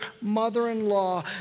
mother-in-law